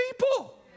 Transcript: people